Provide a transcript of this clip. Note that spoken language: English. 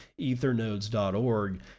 ethernodes.org